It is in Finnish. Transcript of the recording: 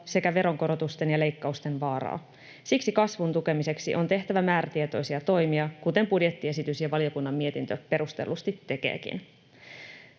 sekä veronkorotusten ja leikkausten vaaraa. Siksi kasvun tukemiseksi on tehtävä määrätietoisia toimia, kuten budjettiesitys ja valiokunnan mietintö perustellusti tekevätkin.